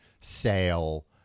sale